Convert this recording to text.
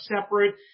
separate